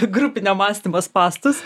grupinio mąstymo spąstus